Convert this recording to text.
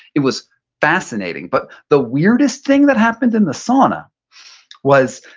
it was fascinating. but the weirdest thing that happened in the sauna was,